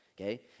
okay